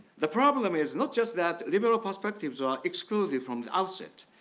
the problem is not just that liberal perspectives are excluded from the outset.